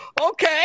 Okay